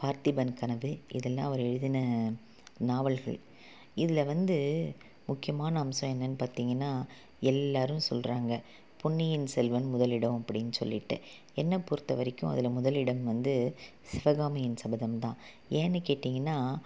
பார்த்திபன் கனவு இதெல்லாம் அவர் எழுதின நாவல்கள் இதில் வந்து முக்கியமான அம்சம் என்னென்னு பார்த்தீங்கன்னா எல்லாேரும் சொல்கிறாங்க பொன்னியின் செல்வன் முதலிடம் அப்படினு சொல்லிட்டு என்னை பொறுத்தவரைக்கும் அதில் முதலிடம் வந்து சிவகாமியின் சபதம் தான் ஏன்னெனு கேட்டிங்கன்னால்